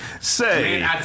Say